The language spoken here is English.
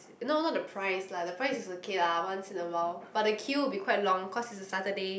no not the price lah the price is okay lah once in a while but the queue will be quite long cause it's Saturday